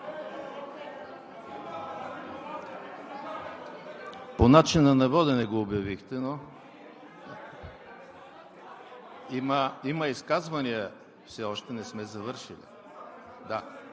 По начина на водене го обявихте, но има изказвания – все още не сме завършили.